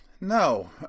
No